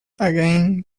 again